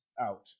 out